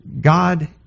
God